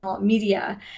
media